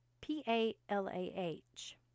P-A-L-A-H